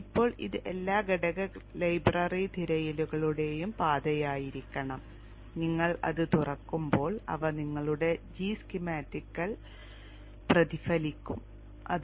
ഇപ്പോൾ ഇത് എല്ലാ ഘടക ലൈബ്രറി തിരയലുകളുടെയും പാതയായിരിക്കണം നിങ്ങൾ അത് തുറക്കുമ്പോൾ അവ നിങ്ങളുടെ g സ്കീമാറ്റിക്കിൽ പ്രതിഫലിക്കും ഇത്